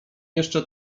jeszcze